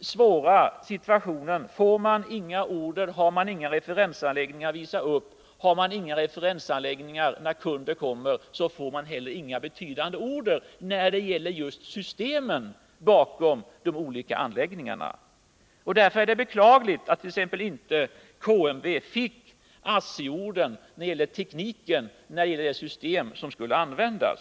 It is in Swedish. svåra situationen: Får man inga order, har man inga referensanläggningar att visa upp, och har man inga referensanläggningar när kunden kommer, får man heller inga betydande order när det gäller just systemen bakom de olika anläggningarna. Därför är det beklagligt att t.ex. KMW inte fick ASSI-ordern när det gäller tekniken för det system som skulle användas.